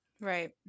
right